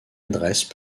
adresse